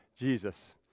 Jesus